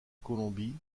colombie